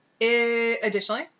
Additionally